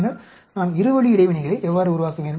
பின்னர் நான் இரு வழி இடைவினைகளை எவ்வாறு உருவாக்குவேன்